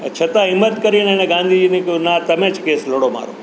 છતાંય હિંમત કરી અને એણે ગાંધીજીને કહ્યું ના તમે જ કેસ લડો મારો